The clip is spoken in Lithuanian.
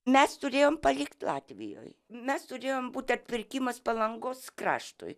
mes turėjom palikt latvijoj mes turėjom būt atpirkimas palangos kraštui